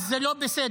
אז זה לא בסדר.